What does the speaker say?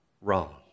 wrong